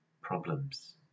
problems